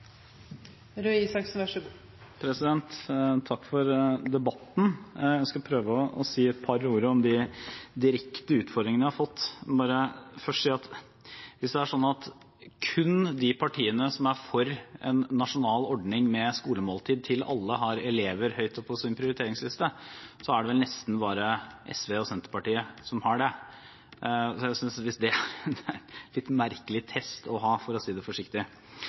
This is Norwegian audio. for debatten. Jeg skal prøve å si et par ord om de direkte utfordringene jeg har fått. Jeg vil bare først si at hvis det er sånn at kun de partiene som er for en nasjonal ordning med skolemåltid til alle, har elever høyt oppe på sin prioriteringsliste, er det vel nesten bare SV og Senterpartiet som har det, så jeg synes det er en litt merkelig test, for å si det forsiktig.